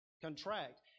contract